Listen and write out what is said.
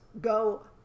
go